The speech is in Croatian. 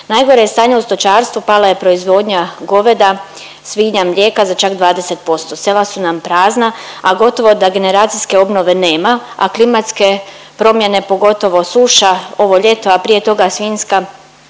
Najgore je stanje u stočarstvu, pala je proizvodnja goveda, svinja, mlijeka za čak 20%, sela su nam prazna, a gotovo da generacijske obnove nema, a klimatske promjene pogotovo suša ovo ljeto, a prije toga svinjska